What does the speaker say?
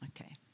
Okay